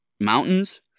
mountains